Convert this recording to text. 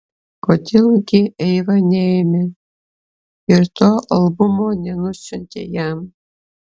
kodėl gi eiva neėmė ir to albumo nenusiuntė jam